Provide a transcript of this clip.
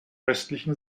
östlichen